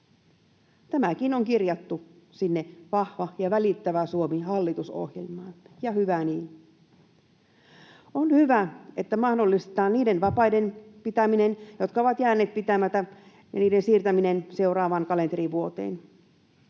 Tämäkin on kirjattu sinne Vahva ja välittävä Suomi ‑hallitusohjelmaan, ja hyvä niin. On hyvä, että mahdollistetaan niiden vapaiden pitäminen, jotka ovat jääneet pitämättä, ja niiden siirtäminen seuraavaan kalenterivuoteen.